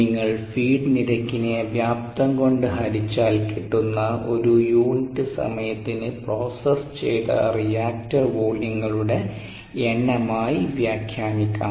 നിങ്ങൾ ഫീഡ് നിരക്കിനെ വ്യാപ്തം കൊണ്ട് ഹരിച്ചാൽ കിട്ടുന്ന ഒരു യൂണിറ്റ് സമയത്തിന് പ്രോസസ്സ് ചെയ്ത റിയാക്ടർ വോള്യങ്ങളുടെ എണ്ണമായി വ്യാഖ്യാനിക്കാം